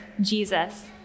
jesus